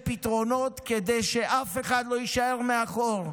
ופתרונות כדי שאף אחד לא יישאר מאחור,